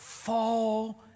Fall